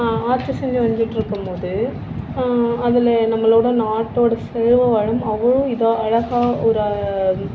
ஆட்சி செஞ்சு வந்துகிட்டு இருக்கும் போது அதில் நம்மளோடய நாட்டோட செல்வவளம் அவ்வளோ இதாக அழகாக ஒரு